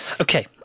Okay